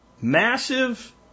massive